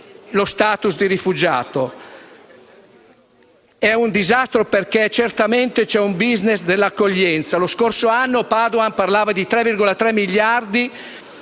Lo scorso anno Padoan parlava di 3,3 miliardi